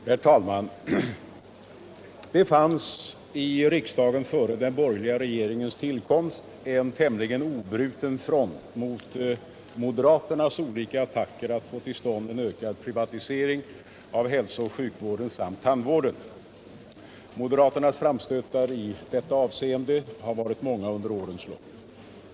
Herr talman! Det fanns i riksdagen före den borgerliga regeringens tillkomst en tämligen obruten front mot moderaternas olika attacker för att få till stånd en ökad privatisering av hälsooch sjukvården samt tandvården. Moderaternas framstötar i detta avseende har varit många under årens lopp.